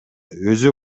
өзү